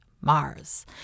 Mars